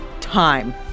time